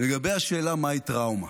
לגבי השאלה מהי טראומה.